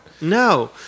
No